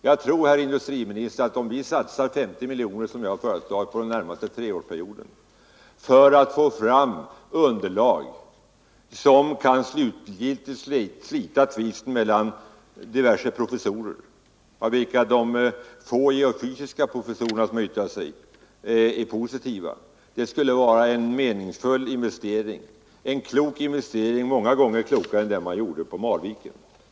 Jag tror, herr industriminister, att om vi satsar 50 miljoner under den närmaste treårsperioden, som jag har föreslagit, för att få fram underlag som kan slutgiltigt slita tvisten mellan diverse professorer om jordvärmen, av vilka de få professorer i geofysik som har yttrat sig är positiva, utgör detta en meningsfull och klok investering, många gånger klokare än den som man gjorde på Marviken.